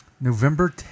November